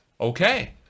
Okay